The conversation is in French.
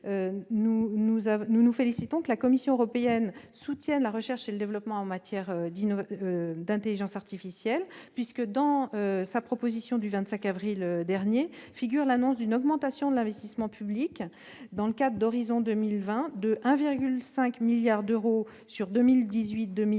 nous nous félicitons que la Commission européenne soutienne la recherche et le développement en matière d'intelligence artificielle. En effet, dans sa proposition du 25 avril dernier figure l'annonce d'une augmentation de l'investissement public dans le cadre d'Horizon 2020 de 1,5 milliard d'euros pour la